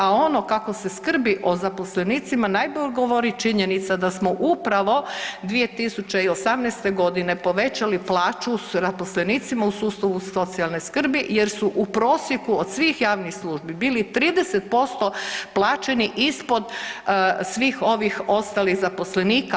A ono kako se skrbi o zaposlenicima najbolje govori činjenica da smo upravo 2018. godine povećali plaću zaposlenicima u sustavu socijalne skrbi jer su u prosjeku od svih javnih službi bili 30% plaćeni ispod svih ovih ostalih zaposlenika.